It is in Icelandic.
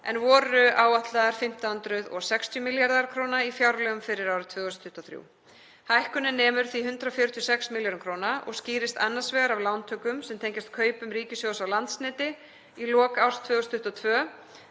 en voru áætlaðar 1.560 milljarðar kr. í fjárlögum fyrir árið 2023. Hækkunin nemur því 146 milljörðum kr. og skýrist annars vegar af lántökum sem tengjast kaupum ríkissjóðs á Landsneti í lok árs 2022